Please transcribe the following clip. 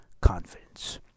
Confidence